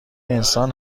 انسان